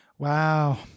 wow